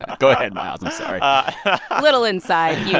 go ahead, miles. i'm sorry a little inside yeah